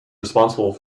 responsible